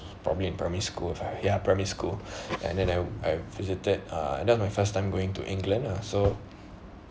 probably in primary school if I ya primary school and then I I visited uh that was my first time going to england lah so